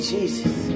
Jesus